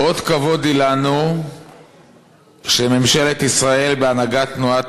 "אות כבוד הוא לנו שממשלת ישראל בהנהגת תנועת